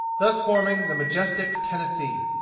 thus forming the majestic tennessee.